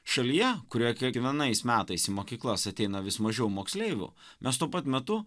šalyje kurioje kiekvienais metais į mokyklas ateina vis mažiau moksleivių mes tuo pat metu